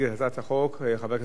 החוק הבא על